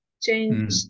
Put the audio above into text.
change